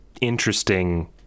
interesting